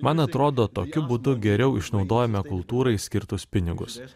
man atrodo tokiu būdu geriau išnaudojame kultūrai skirtus pinigus